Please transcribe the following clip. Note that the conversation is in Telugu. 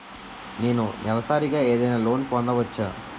నేను నెలసరిగా ఏదైనా లోన్ పొందవచ్చా?